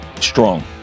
Strong